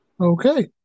Okay